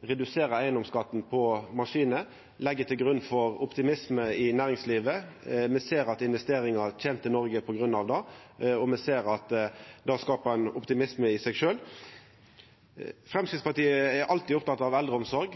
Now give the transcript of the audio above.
reduserer eigedomsskatten på maskinar, gjev grunn til optimisme i næringslivet. Me ser at investeringar kjem til Noreg på grunn av det, og me ser at det skapar ein optimisme i seg sjølve. Framstegspartiet er alltid oppteke av eldreomsorg.